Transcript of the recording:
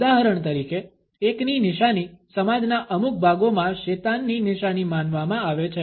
ઉદાહરણ તરીકે એકની નિશાની સમાજના અમુક ભાગોમાં શેતાનની નિશાની માનવામાં આવે છે